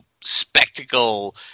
spectacle